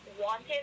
wanted